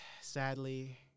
sadly